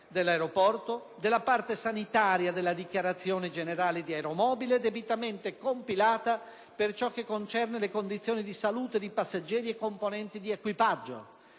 all'USMAF) della parte sanitaria della dichiarazione generale di aeromobile, debitamente compilata per ciò che concerne le condizioni di salute di passeggeri e componenti di equipaggio.